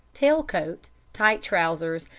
tail coat, tight trousers,